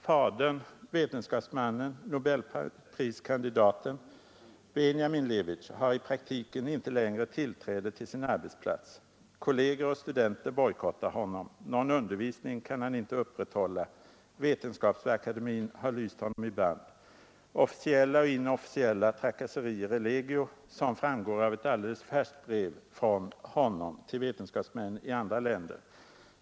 Fadern, vetenskapsmannen och nobelpriskandidaten Benjamin Levitj har i praktiken inte längre tillträde till sin arbetsplats. Kolleger och studenter bojkottar honom — någon undervisning kan han inte upprätthålla. Vetenskapsakademien har lyst honom i bann. Officiella och inofficiella trakasserier är legio, som framgår av ett alldeles färskt brev från honom till vetenskapsmän i andra länder.